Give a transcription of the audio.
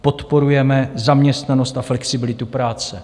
Podporujeme zaměstnanost a flexibilitu práce.